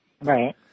Right